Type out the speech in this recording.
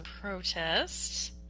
protests